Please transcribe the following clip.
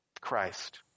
Christ